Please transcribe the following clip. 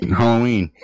halloween